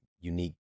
unique